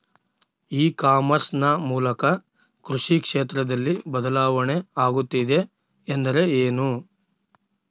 E commerce ನ ಮೂಲಕ ಕೃಷಿ ಕ್ಷೇತ್ರದಲ್ಲಿ ಬದಲಾವಣೆ ಆಗುತ್ತಿದೆ ಎಂದರೆ ಏನು?